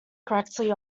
correctly